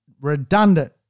redundant